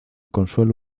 consuelo